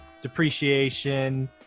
depreciation